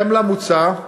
בהתאם למוצע,